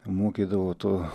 mokydavo to